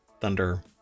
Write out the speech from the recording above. thunder